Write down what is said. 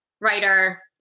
writer